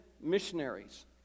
missionaries